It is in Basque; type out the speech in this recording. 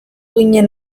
ginen